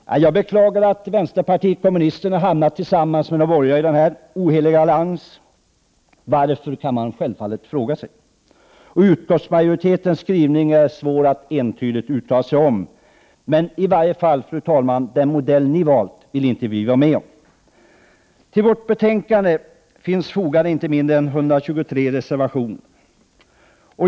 Jag beklagar att vänsterpartiet kommunisterna har hamnat tillsammans med de borgerliga i en ohelig allians. Man kan självfallet fråga sig varför. Det är svårt att entydigt uttala sig om utskottsmajoritetens skrivning. Men, fru talman, den modell majoriteten har valt vill vi socialdemokrater inte vara med om. Till detta betänkande finns fogat inte mindre än 123 reservationer.